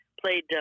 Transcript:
played